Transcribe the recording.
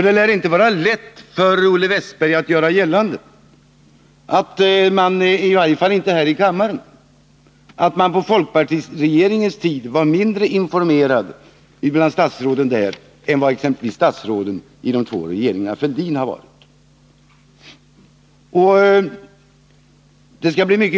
Det lär inte vara lätt för Olle Wästberg att göra gällande, i varje fall inte här i kammaren, att statsråden på folkpartiregeringens tid var sämre informerade än exempelvis statsråden i de två Fälldinregeringarna.